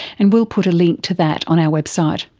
and we'll put a link to that on our website.